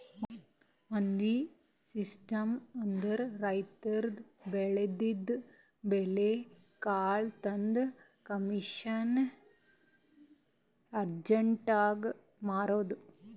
ಮಂಡಿ ಸಿಸ್ಟಮ್ ಅಂದ್ರ ರೈತರ್ ಬೆಳದಿದ್ದ್ ಬೆಳಿ ಕಾಳ್ ತಂದ್ ಕಮಿಷನ್ ಏಜೆಂಟ್ಗಾ ಮಾರದು